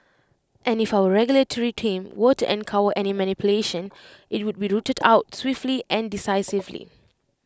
and if our regulatory team were to uncover any manipulation IT would be rooted out swiftly and decisively